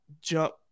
jump